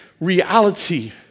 reality